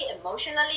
emotionally